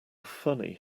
funny